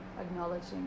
Acknowledging